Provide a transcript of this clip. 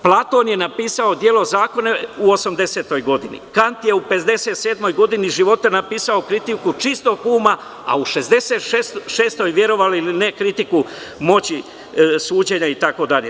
Platon je napisao deo zakona u 80. godini, Kant je u 57. godini života napisao Kritiku čistog uma, a u 66. godini. verovali ili ne, Kritiku moći suđenja itd.